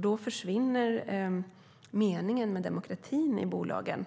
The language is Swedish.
Då försvinner meningen med demokratin i bolagen.